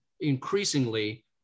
increasingly